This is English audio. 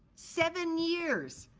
seven years,